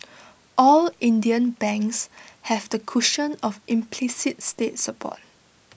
all Indian banks have the cushion of implicit state support